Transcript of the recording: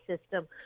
system